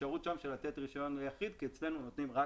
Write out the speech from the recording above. האפשרות לתת רישיון ליחיד כי אצלנו נותנים רק